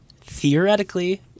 theoretically